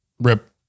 Rip